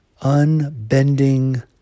unbending